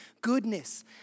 goodness